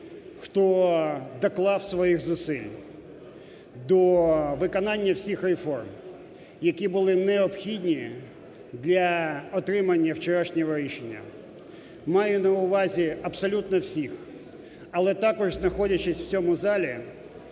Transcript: хто доклав своїх зусиль до виконання всіх реформ, які були необхідні для отримання вчорашнього рішення. Маю на увазі абсолютно всіх, але також, знаходячись у цьому залі,